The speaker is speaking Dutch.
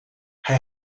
hij